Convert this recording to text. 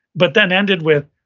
but then ended with,